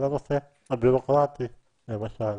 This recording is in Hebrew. כל הנושא הביורוקרטי למשל.